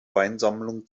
weinsammlung